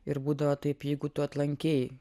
ir būdavo taip jeigu tu atlankei